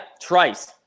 Trice